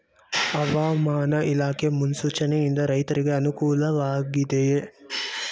ಹವಾಮಾನ ಇಲಾಖೆ ಮುನ್ಸೂಚನೆ ಯಿಂದ ರೈತರಿಗೆ ಅನುಕೂಲ ವಾಗಿದೆಯೇ?